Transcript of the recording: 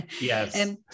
Yes